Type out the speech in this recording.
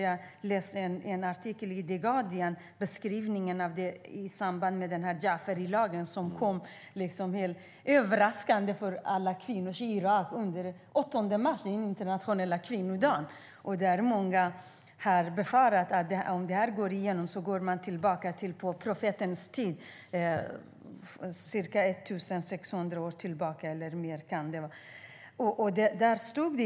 Nyligen läste jag i en artikel i The Guardian en beskrivning i samband med förslaget Jaafarilagen, som kom helt överraskande för alla kvinnor i Irak den 8 mars, den internationella kvinnodagen. Många befarar att om detta går igenom går man tillbaka till profetens tid, ca 1 600 år eller mer.